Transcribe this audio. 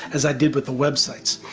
as i did with the websites.